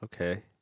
okay